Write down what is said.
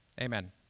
amen